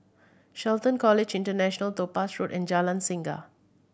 Shelton College International Topaz Road and Jalan Singa